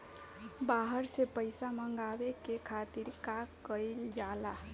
बाहर से पइसा मंगावे के खातिर का कइल जाइ?